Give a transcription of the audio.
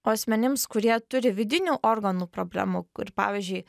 o asmenims kurie turi vidinių organų problemų kur pavyzdžiui